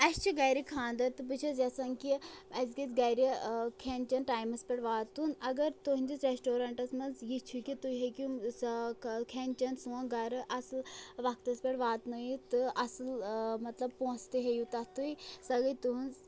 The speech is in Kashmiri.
اَسہِ چھِ گَرِ خانٛدر تہٕ بہٕ چھَس یَژھان کہِ اَسہِ گژھِ گرِ کھٮ۪ن چٮ۪ن ٹایمَس پٮ۪ٹھ واتُن اگر تُہٕنٛدِس رٮ۪سٹورَنٛٹَس منٛز یہِ چھِ کہِ تُہۍ ہیٚکِو سۄ کھٮ۪ن چٮ۪ن سون گَرٕ اَصٕل وَقتَس پٮ۪ٹھ واتنٲیِتھ تہٕ اَصٕل مطلب پونٛسہٕ تہِ ہیٚیِو تَتھ تُہۍ سۄ گٔے تُہٕنٛز